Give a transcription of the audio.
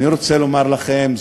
אני רוצה לומר לכם,